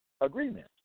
agreement